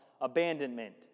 abandonment